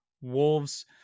wolves